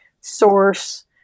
source